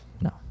No